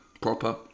proper